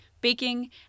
baking